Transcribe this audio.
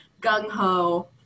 gung-ho